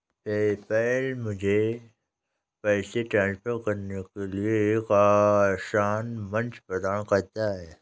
PayPal मुझे पैसे transfer करने के लिए एक आसान मंच प्रदान करता है